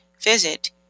visit